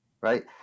Right